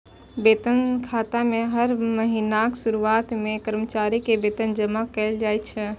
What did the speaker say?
वेतन खाता मे हर महीनाक शुरुआत मे कर्मचारी के वेतन जमा कैल जाइ छै